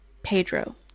Pedro